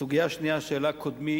הסוגיה השנייה, שהעלה קודמי